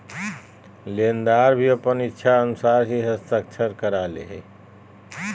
लेनदार भी अपन इच्छानुसार ही हस्ताक्षर करा हइ